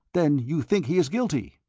then you think he is guilty?